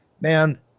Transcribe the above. man